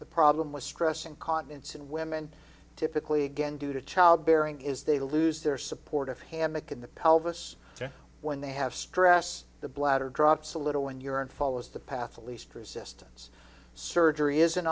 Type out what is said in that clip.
the problem with stress incontinence and women typically again due to childbearing is they lose their support of hammock in the pelvis when they have stress the bladder drops a little when you're in follows the path of least resistance surgery is an